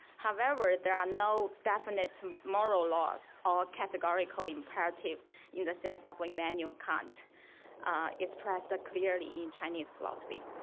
however, there are no definite moral laws or categorical imperative in the sense of like immanuel you know kant express that clearly in chinese philosophy.